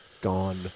gone